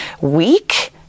weak